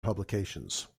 publications